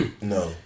no